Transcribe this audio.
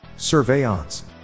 Surveillance